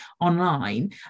online